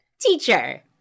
teacher